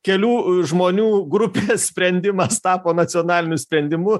kelių žmonių grupės sprendimas tapo nacionaliniu sprendimu